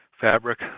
fabric